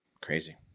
Crazy